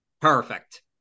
perfect